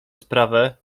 sprawę